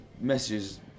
messages